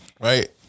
Right